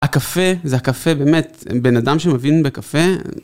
הקפה, זה הקפה באמת. בן אדם שמבין בקפה...